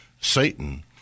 Satan